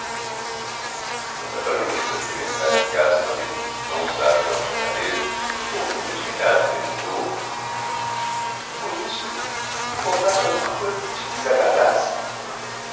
quando a baronesa viu entrar em casa o marido de mãos dadas ao chacareiro ficou muito admirada e perguntou que foi isto encontraste alguma coisa que te desagradasse